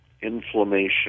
inflammation